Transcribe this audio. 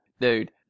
Dude